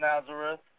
Nazareth